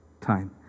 Time